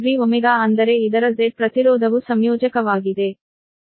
870Ω ಅಂದರೆ ಇದರ Z ಪ್ರತಿರೋಧವು ಸಂಯೋಜಕವಾಗಿದೆ